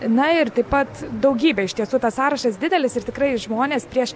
na ir taip pat daugybė iš tiesų tas sąrašas didelis ir tikrai žmonės prieš